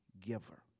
giver